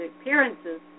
appearances